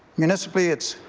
municipally it's